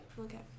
Okay